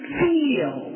feel